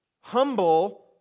humble